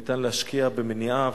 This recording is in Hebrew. ניתן להשקיע במניעה.